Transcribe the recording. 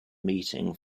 meeting